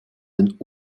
den